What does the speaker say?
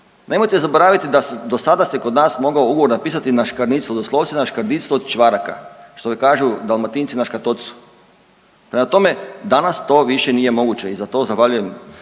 Nemojte zaboraviti da dosada se kod nas mogao ugovor napisati na škanicl, doslovce na škanicl od čvaraka, što kažu Dalmatinci na škatocu. Prema tome danas to više nije moguće i za to zahvaljujem